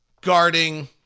guarding